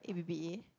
A B B A